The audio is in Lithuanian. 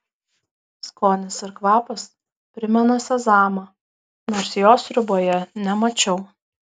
skonis ir kvapas primena sezamą nors jo sriuboje nemačiau